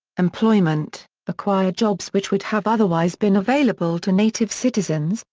employment acquire jobs which would have otherwise been available to native citizens,